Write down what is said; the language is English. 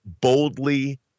Boldly